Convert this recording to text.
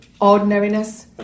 Ordinariness